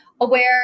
aware